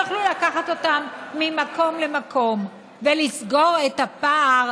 יוכלו לקחת אותם ממקום למקום ולסגור את הפער